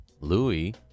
Louis